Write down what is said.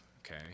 Okay